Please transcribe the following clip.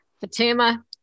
Fatima